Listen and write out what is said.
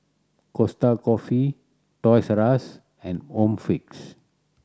Costa Coffee Toys R Us and Home Fix